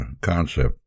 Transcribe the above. concept